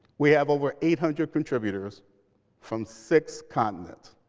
we have over eight hundred contributors from six continents.